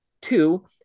two